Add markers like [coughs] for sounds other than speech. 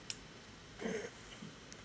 [coughs]